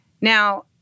Now